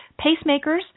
pacemakers